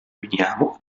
veniamo